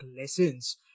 lessons